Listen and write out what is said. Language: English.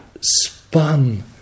spun